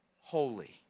holy